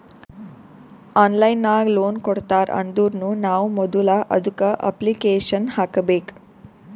online ನಾಗ್ loan ಕೊಡ್ತಾರ್ ಅಂದುರ್ನು ನಾವ್ ಮೊದುಲ ಅದುಕ್ಕ ಅಪ್ಲಿಕೇಶನ್ ಹಾಕಬೇಕ್